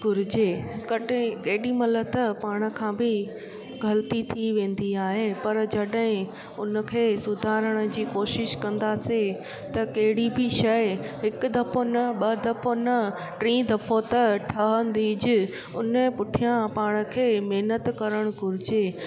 घुरिजे कॾहिं केॾीमहिल त पाण खां बि ग़लती थी वेंदी आहे पर जॾहिं उन खे सुधारण जी कोशिशि कंदासीं त कहिड़ी बि शइ हिकु दफ़ो न ॿ दफ़ो न टीं दफ़ो त ठहंदीज उन पुठियां पाण खे महिनत करणु घुरिजे